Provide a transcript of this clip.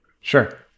Sure